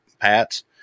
Pat's